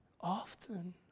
Often